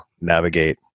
navigate